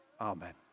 Amen